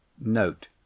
Note